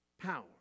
power